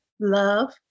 Love